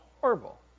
horrible